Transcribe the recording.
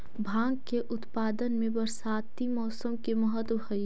भाँग के उत्पादन में बरसाती मौसम के महत्त्व हई